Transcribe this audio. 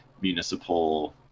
municipal